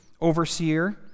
overseer